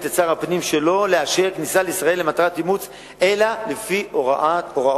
את שר הפנים שלא לאשר כניסה לישראל למטרת אימוץ אלא לפי הוראות